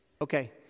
Okay